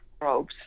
probes